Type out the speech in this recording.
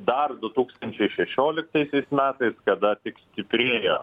dar du tūkstančiai šešioliktaisiais metais tada tik stiprėja